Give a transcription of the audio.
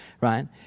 right